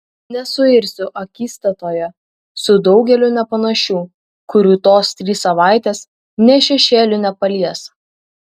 nesuirsiu akistatoje su daugeliu nepanašių kurių tos trys savaitės nė šešėliu nepalies